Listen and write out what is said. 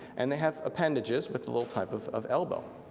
and they have appendages but the little type of of elbow.